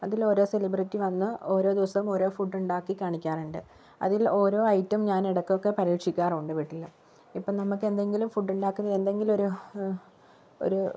അതില് ഓരോ സെലിബ്രേറ്റി വന്നു ഓരോ ദിവസം ഓരോ ഫുഡ് ഉണ്ടാക്കി കാണിക്കാറുണ്ട് അതില് ഓരോ ഐറ്റം ഞാന് ഇടയ്കക്കൊക്കെ പരീക്ഷിക്കാറുണ്ട് വീട്ടില് ഇപ്പം നമ്മക്ക് എന്തെങ്കിലും ഫുഡ് ഉണ്ടാക്കുന്നതിനു എന്തെങ്കിലും ഒരു ഒരു